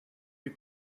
you